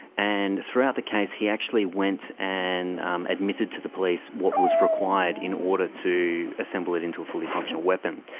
and throughout the case he actually went and admitted to the police what was required in order to assemble it into a fully functional weapon.